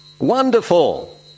wonderful